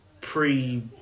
pre